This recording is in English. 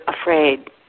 afraid